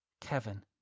Kevin